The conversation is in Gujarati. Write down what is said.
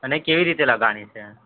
અને કેવી રીતે લગાવવાની